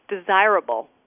desirable